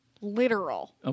literal